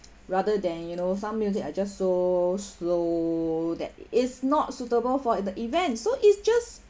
rather than you know some music are just so slow that is not suitable for the event so it's just